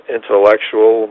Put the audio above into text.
Intellectual